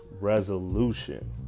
resolution